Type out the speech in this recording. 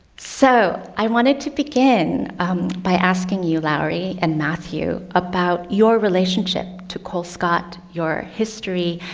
so i wanted to begin by asking you lowery and matthew, about your relationship to colescott, your history,